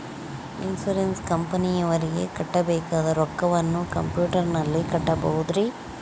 Insurance ಕಂಪನಿಯವರಿಗೆ ಕಟ್ಟಬೇಕಾದ ರೊಕ್ಕವನ್ನು ಕಂಪ್ಯೂಟರನಲ್ಲಿ ಕಟ್ಟಬಹುದ್ರಿ?